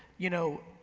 you know,